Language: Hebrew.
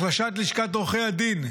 החלשת לשכת עורכי הדין,